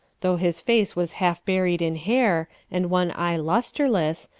though his face was half buried in hair, and one eye lustreless,